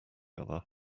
other